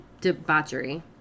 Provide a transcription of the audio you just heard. debauchery